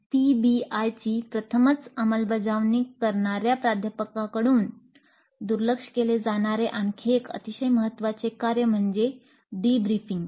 पीबीआयची प्रथमच अंमलबजावणी करणार्या प्राध्यापकांकडून दुर्लक्ष केले जाणारे आणखी एक अतिशय महत्त्वाचे कार्य म्हणजे "डिब्रीफिंग "